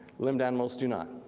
limbed animals do not.